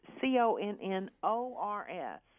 c-o-n-n-o-r-s